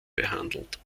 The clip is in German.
behandelt